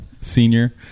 senior